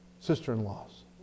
sister-in-laws